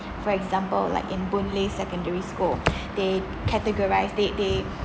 for example like in boon lay secondary school they categorise they they